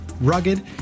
rugged